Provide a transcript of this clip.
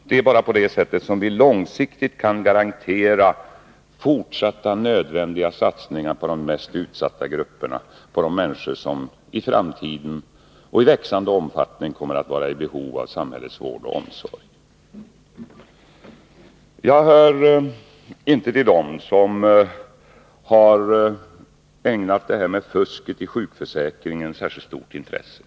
Det är bara på det sättet som vi långsiktigt kan garantera fortsatta nödvändiga satsningar på de mest utsatta grupperna, på de människor som i framtiden och i växande omfattning kommer att vara i behov av samhällets vård och omsorg. Jag hör inte till dem som har ägnat detta med fusket i sjukförsäkringen särskilt stort intresse.